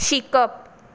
शिकप